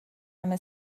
همه